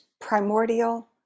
primordial